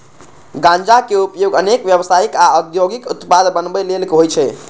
गांजा के उपयोग अनेक व्यावसायिक आ औद्योगिक उत्पाद बनबै लेल होइ छै